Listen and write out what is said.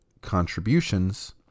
contributions